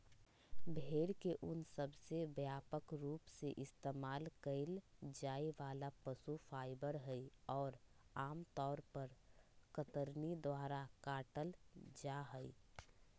भेड़ के ऊन सबसे व्यापक रूप से इस्तेमाल कइल जाये वाला पशु फाइबर हई, और आमतौर पर कतरनी द्वारा काटल जाहई